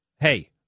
Hey